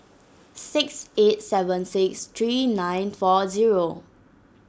six eight seven six three nine four zero